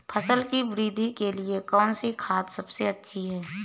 फसल की वृद्धि के लिए कौनसी खाद सबसे अच्छी है?